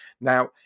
Now